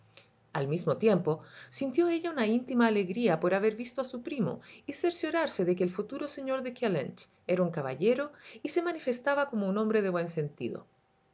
al mismo tiempo sintió ella una íntima alegría por haber visto a su primo y cerciorarse de que el futuro señor de keüynch era un caballero y se manifestaba como un hombre de buen sentido